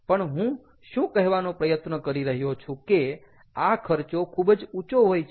પણ હું શું કહેવાનો પ્રયત્ન કરી રહ્યો છું કે આ ખર્ચો ખૂબ જ ઊંચો હોય છે